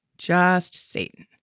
just satan.